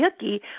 yucky